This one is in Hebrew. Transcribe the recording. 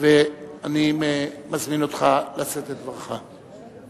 ואני מזמין אותך לשאת את דברך.